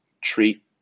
treat